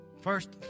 First